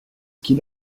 qu’il